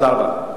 תודה רבה.